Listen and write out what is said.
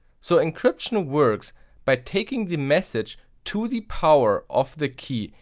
so encryption works by taking the message to the power of the key.